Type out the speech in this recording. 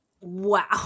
Wow